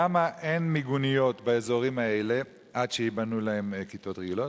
1. למה אין מיגוניות באזורים האלה עד שייבנו להם כיתות רגילות?